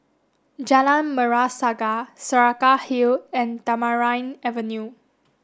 Jalan Merah Saga Saraca Hill and Tamarind Avenue